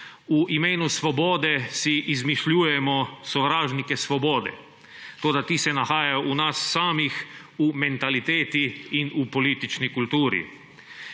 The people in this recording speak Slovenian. V imenu svobode si izmišljujemo sovražnike svobode. Toda ti se nahajajo v nas samih, v mentaliteti in v politični kulturi.